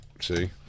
See